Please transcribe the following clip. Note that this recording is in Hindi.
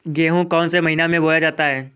गेहूँ कौन से महीने में बोया जाता है?